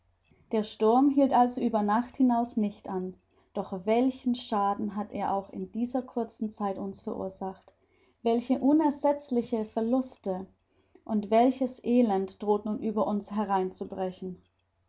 der sturm hielt also über die nacht hinaus nicht an doch welchen schaden hat er auch in dieser kurzen zeit uns verursacht welche unersetzliche verluste und welches elend droht nun über uns hereinzubrechen